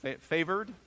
Favored